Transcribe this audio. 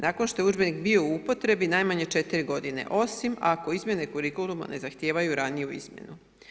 Nakon što je udžbenik bio u upotrebi najmanje 4 godine osim ako izmjene kurikuluma ne zahtijevaju raniju izmjenu.